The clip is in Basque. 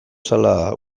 zela